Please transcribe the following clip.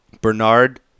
Bernard